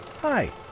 hi